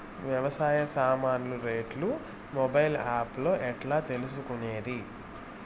వ్యవసాయ సామాన్లు రేట్లు మొబైల్ ఆప్ లో ఎట్లా తెలుసుకునేది?